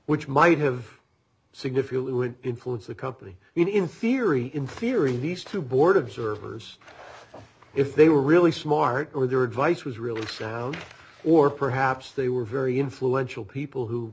which might have significantly would influence a company in inferi in theory these two board of servers if they were really smart or their advice was really sound or perhaps they were very influential people who